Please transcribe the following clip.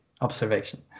observation